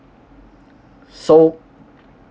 so